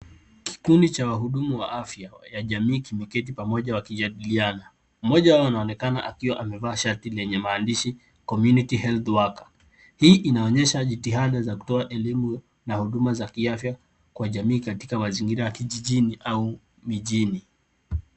Kikundi cha wahudumu wa afya ya jamii kimeketi pamoja wakijadiliana. Mmoja wao anaonekana akiwa amevaa shati lenye maandishi community health worker . Hii inaonyesha jitihada za kutoa elimu na huduma za kiafya kwa jamii katika mazingira ya kijijini au mijini.